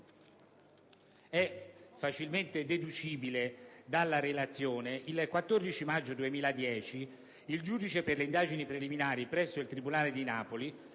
è facilmente deducibile dalla relazione, il 14 maggio 2010 il giudice per le indagini preliminari presso il tribunale di Napoli